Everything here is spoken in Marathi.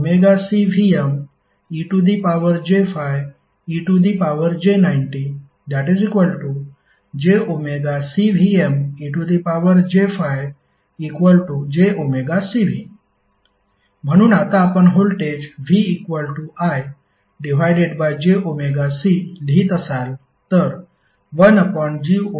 IωCVmej∅90ωCVmej∅ej90jωCVmej∅jωCV म्हणून आता आपण व्होल्टेज VIjωC लिहित असाल तर